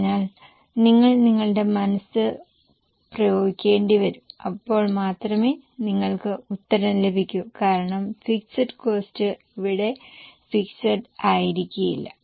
അതിനാൽ നിങ്ങൾ നിങ്ങളുടെ മനസ്സ് പ്രയോഗിക്കേണ്ടി വരും അപ്പോൾ മാത്രമേ നിങ്ങൾക്ക് ഉത്തരം ലഭിക്കൂ കാരണം ഫിക്സഡ് കോസ്ററ് ഇവിടെ ഫിക്സഡ് ആയിരിക്കുകയില്ല